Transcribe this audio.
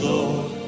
Lord